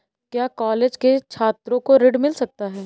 क्या कॉलेज के छात्रो को ऋण मिल सकता है?